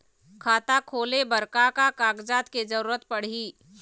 खाता खोले बर का का कागजात के जरूरत पड़ही?